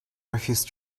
refused